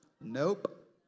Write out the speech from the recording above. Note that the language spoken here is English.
Nope